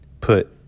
put